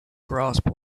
grasp